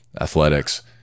athletics